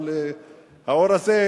אבל האור הזה,